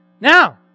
Now